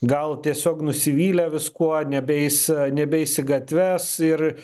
gal tiesiog nusivylę viskuo nebeis nebeis į gatves ir